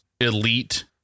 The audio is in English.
elite